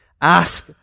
Ask